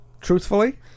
Truthfully